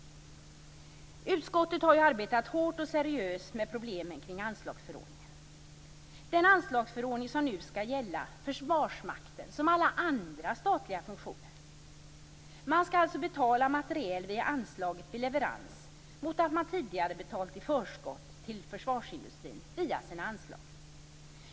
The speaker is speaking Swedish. Utskottet har arbetat hårt och seriöst med problemen kring anslagsförordningen - den anslagsförordning som nu skall gälla såväl Försvarsmakten som alla andra statliga funktioner. Man skall alltså betala materiel via anslaget vid leverans, mot att man tidigare betalade i förskott till försvarsindustrin via sina anslag.